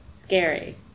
Scary